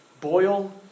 boil